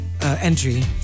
entry